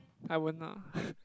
I won't ah